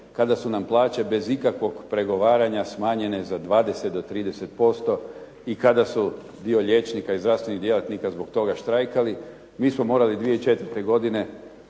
kada su nam plaće bez ikakvog pregovaranja smanjenje za 20 do 30% i kada su dio liječnika i zdravstvenih djelatnika zbog toga štrajkali. Mi smo morali 2004. godine